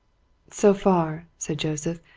so far, said joseph,